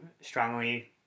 strongly